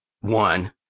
One